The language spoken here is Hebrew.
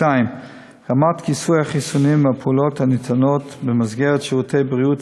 רמת כיסוי החיסונים והפעולות הניתנות במסגרת שירותי בריאות